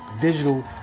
digital